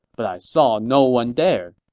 but i saw no one there.